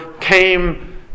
came